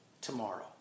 tomorrow